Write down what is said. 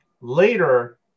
later